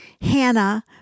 Hannah